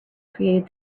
created